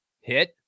hit